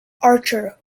archer